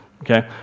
Okay